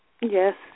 Yes